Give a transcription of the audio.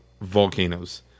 volcanoes